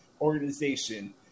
organization